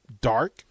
dark